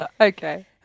Okay